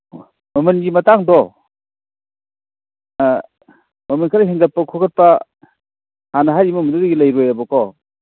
ꯑꯣ ꯃꯃꯜꯒꯤ ꯃꯇꯥꯡꯗꯣ ꯃꯃꯜ ꯈꯔ ꯍꯦꯟꯒꯠꯄ ꯈꯣꯀꯠꯄ ꯍꯥꯟꯅ ꯍꯥꯏꯔꯤꯕ ꯃꯃꯜꯗꯨꯗꯒꯤ ꯂꯩꯔꯣꯏꯑꯕꯀꯣ